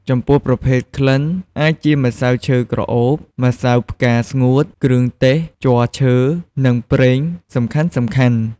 ចំពោះប្រភេទក្លិនអាចជាម្សៅឈើក្រអូប ម្សៅផ្កាស្ងួត គ្រឿងទេស ជ័រឈើនិងប្រេងសំខាន់ៗ។